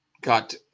got